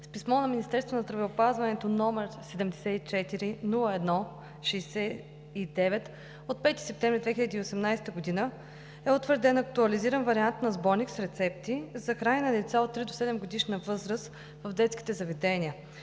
С писмо на Министерството на здравеопазването, № 74-01-69 от 5 септември 2018 г., е утвърден актуализиран вариант на Сборник с рецепти за хранене на деца от три до седемгодишна възраст в детските заведения.